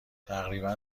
تقریبا